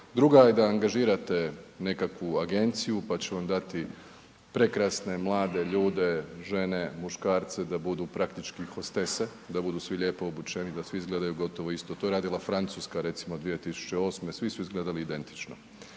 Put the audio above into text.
Druga je da angažirate nekakvu agenciju pa će vam dati prekrasne mlade ljude, žene, muškarce, da budu praktički hostese, da budu svi lijepo obučeni, da svi izgledaju gotovo isto, to je radila Francuska recimo 2008., svi su izgledali identično.